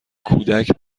کودک